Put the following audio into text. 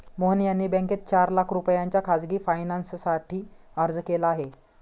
मोहन यांनी बँकेत चार लाख रुपयांच्या खासगी फायनान्ससाठी अर्ज केला आहे